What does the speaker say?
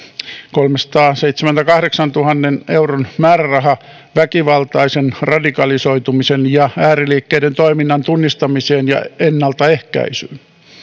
kolmensadanseitsemänkymmenenkahdeksantuhannen euron määrärahalla väkivaltaisen radikalisoitumisen ja ääriliikkeiden toiminnan tunnistamiseen ja ennaltaehkäisyyn